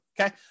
okay